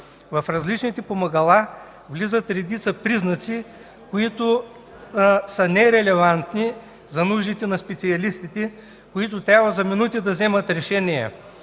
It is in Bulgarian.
В различните помагала влизат редица признаци, които са нерелевантни за нуждите на специалистите, които трябва за минути да вземат решение,